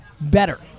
better